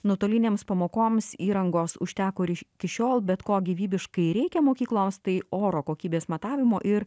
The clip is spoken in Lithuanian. nuotolinėms pamokoms įrangos užteko ir iki šiol bet ko gyvybiškai reikia mokykloms tai oro kokybės matavimo ir